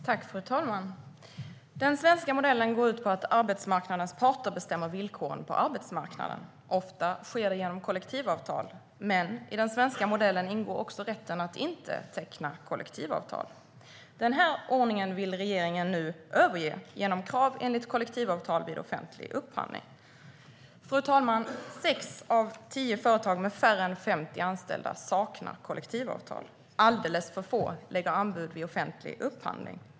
Fru talman! Den svenska modellen går ut på att arbetsmarknadens parter bestämmer villkoren på arbetsmarknaden. Ofta sker det genom kollektivavtal, men i den svenska modellen ingår också rätten att inte teckna kollektivavtal. Den ordningen vill regeringen nu överge genom krav enligt kollektivavtal vid offentlig upphandling. Fru talman! Sex av tio företag med färre än 50 anställda saknar kollektivavtal. Alldeles för få lägger anbud vid offentlig upphandling.